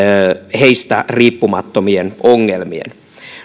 heistä riippumattomien ongelmien